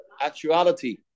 actuality